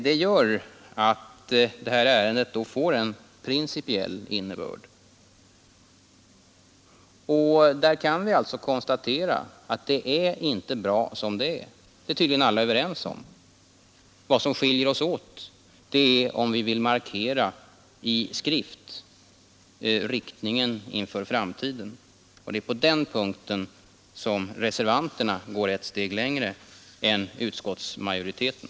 Det gör att det här ärendet får en principiell innebörd. Vi kan alltså konstatera att det inte är bra är som det är — det är tydligen alla överens om. Vad som skiljer oss åt är om vi vill markera i skrift riktningen inför framtiden, och det är på den punkten som reservanterna går ett steg längre än utskottsmajoriteten.